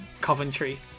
Coventry